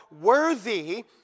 worthy